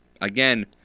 again